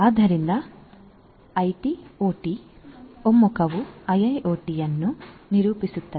ಆದ್ದರಿಂದ IT OT ಒಮ್ಮುಖವು ಐಐಒಟಿಯನ್ನು ನಿರೂಪಿಸುತ್ತದೆ